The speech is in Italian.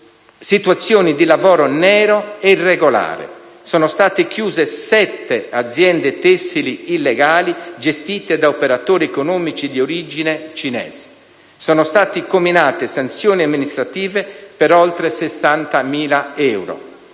situazioni di lavoro nero e irregolare. Sono state chiuse 7 aziende tessili illegali gestite da operatori economici di origine cinese. Sono state comminate sanzioni amministrative per oltre 60.000 euro.